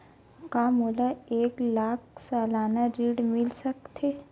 का मोला एक लाख सालाना ऋण मिल सकथे?